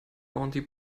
bounty